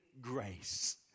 grace